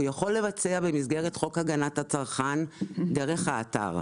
הוא יכול לבצע במסגרת חוק הגנת הצרכן דרך האתר.